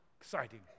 exciting